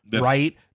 Right